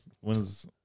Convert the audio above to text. When's